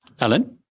Alan